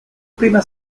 prima